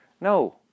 No